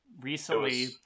recently